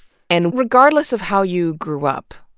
and regardless of how you grew up,